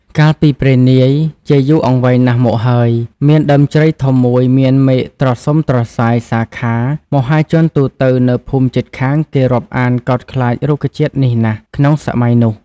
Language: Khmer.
កាលពីព្រេងនាយជាយូរអង្វែងណាស់មកហើយ មានដើមជ្រៃធំមួយមានមែកត្រសុំត្រសាយសាខា មហាជន ទូទៅនៅភូមិជិតខាងគេរាប់អានកោតខ្លាចរុក្ខជាតិនេះណាស់ក្នុងសម័យនោះ។